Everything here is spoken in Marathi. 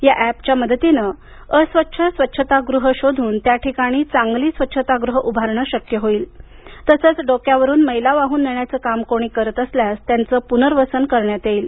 या अॅपच्या मदतीनं अस्वच्छ स्वच्छतागृह शोधून त्याठिकाणी चांगली स्वच्छतागृह उभारणं शक्य होईल तसंच डोक्यावरून मैला वाहून नेण्याचं काम कोणी करत असल्यास त्याचं पुनर्वसन करण्यात येईल